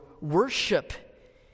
worship